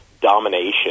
domination